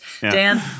Dan